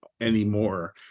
anymore